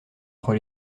entre